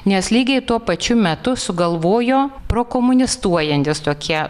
nes lygiai tuo pačiu metu sugalvojo prokomunistuojantys tokie